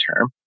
term